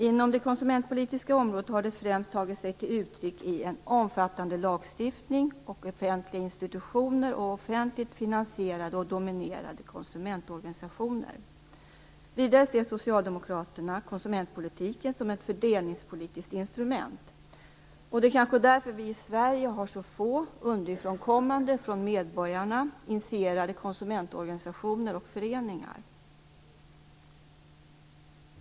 Inom det konsumentpolitiska området har det främst tagit sig uttryck i en omfattande lagstiftning, offentliga institutioner och offentligt finansierade och dominerade konsumentorganisationer. Vidare ser Socialdemokraterna konsumentpolitiken som ett fördelningspolitiskt instrument. Det är kanske därför vi i Sverige har så få initierade konsumentorganisationer och konsumentföreningar som kommer underifrån, från medborgarna.